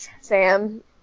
Sam